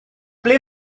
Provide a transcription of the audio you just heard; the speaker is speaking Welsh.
ble